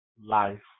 life